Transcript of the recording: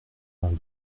vingt